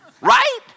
right